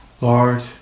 Lord